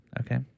Okay